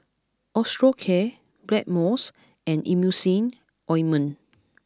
Osteocare Blackmores and Emulsying ointment